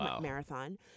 Marathon